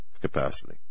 capacity